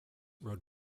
rode